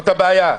זאת הבעיה.